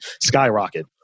skyrocket